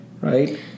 right